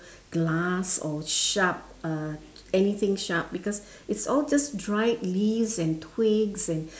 glass or sharp uh anything sharp because it's all just dried leaves and twigs and